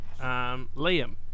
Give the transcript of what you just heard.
Liam